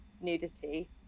nudity